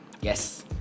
yes